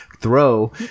throw